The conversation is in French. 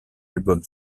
album